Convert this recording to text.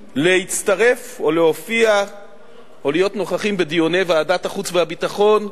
להצטרף או להופיע או להיות נוכחים בדיוני ועדת החוץ והביטחון,